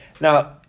Now